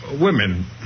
Women